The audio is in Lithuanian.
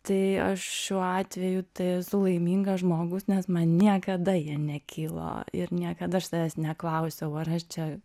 tai aš šiuo atveju tai esu laimingas žmogus nes man niekada jie nekilo ir niekada aš savęs neklausiau ar aš čia